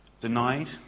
denied